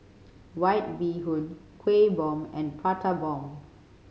White Bee Hoon Kueh Bom and Prata Bomb